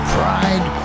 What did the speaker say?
pride